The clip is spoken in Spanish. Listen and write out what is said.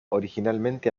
originalmente